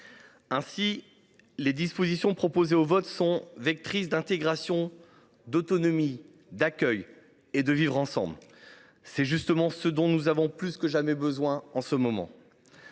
Les dispositions proposées sont vectrices d’intégration, d’autonomie, d’accueil et de vivre ensemble. C’est justement ce dont nous avons plus que jamais besoin. En l’espèce,